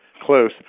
close